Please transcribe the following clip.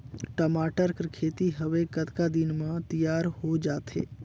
टमाटर कर खेती हवे कतका दिन म तियार हो जाथे?